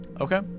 Okay